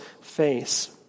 face